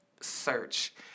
search